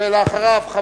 ואחריו,